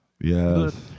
Yes